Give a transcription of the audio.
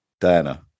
diana